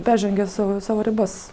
peržengė savo savo ribas